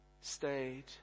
stayed